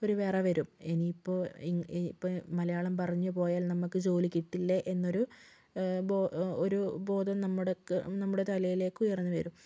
ഒരു വിറ വരും ഇനിയിപ്പോൾ ഇനി മലയാളം പറഞ്ഞു പോയാൽ നമുക്ക് ജോലി കിട്ടില്ലേ എന്നൊരു ഒരു ഒരു ബോധം നമ്മുടെയൊക്കെ നമ്മുടെ തലയിലേക്ക് ഉയർന്നു വരും